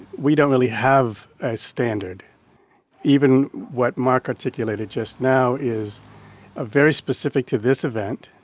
we don't really have a standard even what mark articulated just now is ah very specific to this event.